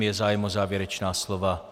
Je zájem o závěrečná slova?